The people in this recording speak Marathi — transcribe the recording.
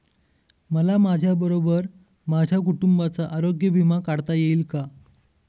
मला माझ्याबरोबर माझ्या कुटुंबाचा आरोग्य विमा काढता येईल का?